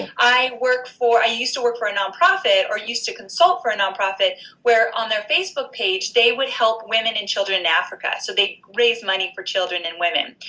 i worked for i used to work for a none profit or used to consult for a none profit where on their facebook page they would help women and children in africa, so they raise money for children and women,